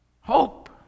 hope